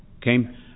came